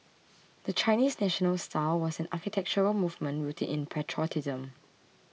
the Chinese National style was an architectural movement rooted in patriotism